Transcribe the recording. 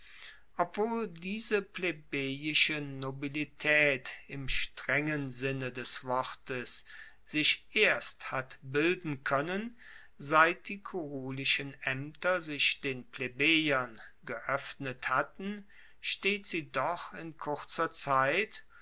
obwohl diese plebejische nobilitaet im strengen sinne des wortes sich erst hat bilden koennen seit die kurulischen aemter sich den plebejern geoeffnet hatten steht sie doch in kurzer zeit